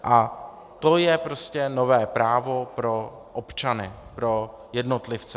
A to je prostě nové právo pro občany, pro jednotlivce.